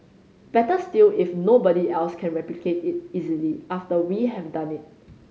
better still if nobody else can replicate it easily after we have done it